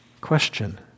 Question